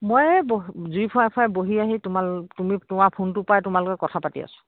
মই এই জুই ফুৱাই ফুৱাই বহি তুমি তোমাৰ ফোনটোৰ পৰাই কথা পাতি আছো